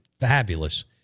fabulous